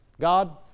God